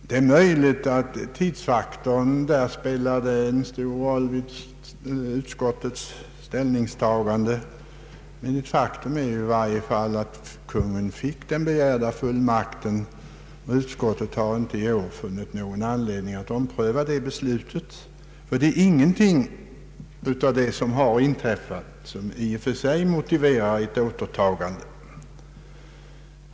Det är möjligt att tidsfaktorn spelade en stor roll vid utskottets ställningstagande, men faktum är att Kungl. Maj:t fick den begärda fullmakten. Utskottet har inte i år funnit någon anledning att ompröva det beslutet. Ingenting av det som har inträffat motiverar i och för sig en omprövning.